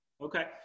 Okay